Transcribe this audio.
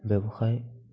ব্যৱসায়